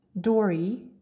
Dory